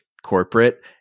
corporate